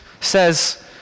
says